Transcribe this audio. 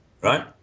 Right